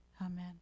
amen